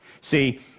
See